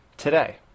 today